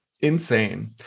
Insane